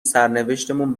سرنوشتمون